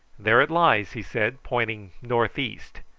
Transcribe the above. there it lies, he said, pointing north-east.